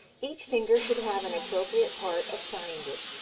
each finger should have an appropriate part assigned it.